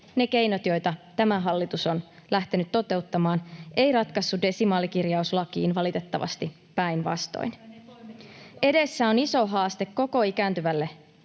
ne keinot, joita tämä hallitus on lähtenyt toteuttamaan — ei ratkaissut desimaalikirjaus lakiin valitettavasti, päinvastoin. [Maria Guzeninan